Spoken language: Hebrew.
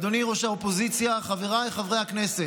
אדוני ראש האופוזיציה, חבריי חברי הכנסת,